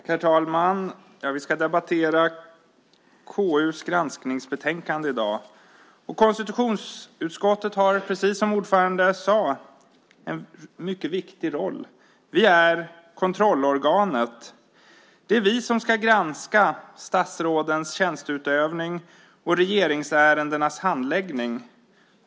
Herr talman! Vi ska i dag debattera KU:s granskningsbetänkande. Konstitutionsutskottet har, precis som dess ordförande sade, en mycket viktig roll. Vi är kontrollorganet. Det är vi som ska granska statsrådens tjänsteutövning och regeringsärendenas handläggning.